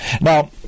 Now